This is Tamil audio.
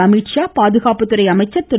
அமீத்ஷா பாதுகாப்புத்துறை அமைச்சர் திரு